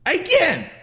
again